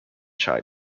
chai